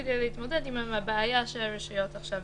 כדי להתמודד עם הבעיה שהרשויות עכשיו